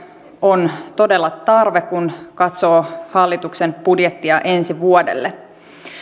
on todella tarve kun katsoo hallituksen budjettia ensi vuodelle